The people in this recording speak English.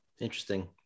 Interesting